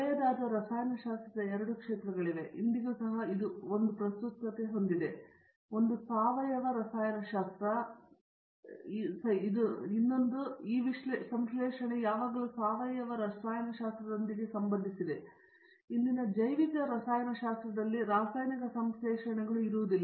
ಹಳೆಯದಾದ ರಸಾಯನಶಾಸ್ತ್ರದ ಎರಡು ಕ್ಷೇತ್ರಗಳಿವೆ ಆದರೆ ಇಂದಿಗೂ ಸಹ ಇದು ಒಂದು ಪ್ರಸ್ತುತತೆ ಹೊಂದಿದೆ ಅವುಗಳಲ್ಲಿ ಒಂದು ಸಾವಯವ ರಸಾಯನಶಾಸ್ತ್ರವನ್ನು ಸಂಯೋಜಿಸುತ್ತದೆ ಈ ಸಂಶ್ಲೇಷಣೆ ಯಾವಾಗಲೂ ಸಾವಯವ ರಸಾಯನಶಾಸ್ತ್ರದೊಂದಿಗೆ ಸಂಬಂಧಿಸಿದೆ ಆದರೆ ಇಂದಿನ ಜೈವಿಕ ರಸಾಯನಶಾಸ್ತ್ರದಲ್ಲಿ ರಾಸಾಯನಿಕ ಸಂಶ್ಲೇಷಣೆಗಳು ಇರುವುದಿಲ್ಲ